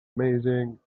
amazing